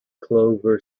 clover